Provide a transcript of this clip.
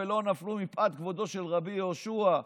ולא נפלו מפאת כבודו של רבי יהושע.